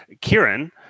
Kieran